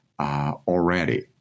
already